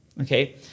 okay